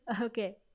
Okay